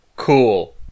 Cool